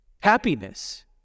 happiness